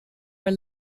were